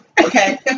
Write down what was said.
Okay